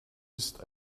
ist